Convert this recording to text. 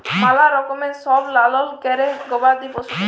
ম্যালা রকমের সব লালল ক্যরে গবাদি পশুদের